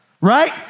Right